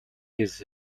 his